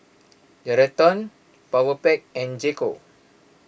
Geraldton Powerpac and J Co